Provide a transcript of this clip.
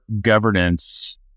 governance